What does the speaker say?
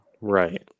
right